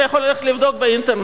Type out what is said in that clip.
אתה יכול ללכת לבדוק באינטרנט,